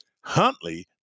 Huntley